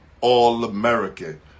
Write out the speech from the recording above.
All-American